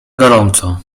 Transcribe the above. gorąco